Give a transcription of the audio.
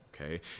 okay